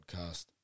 podcast